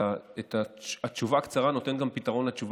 אינה נוכחת.